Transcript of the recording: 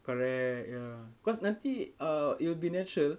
correct ya cause nanti err it will be natural